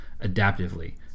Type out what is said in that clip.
adaptively